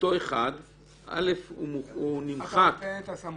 אותו אחד נמחק --- אתה נותן את הסמכות